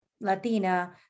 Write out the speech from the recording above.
Latina